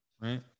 Right